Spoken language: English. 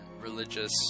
religious